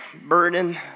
burden